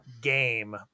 game